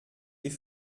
est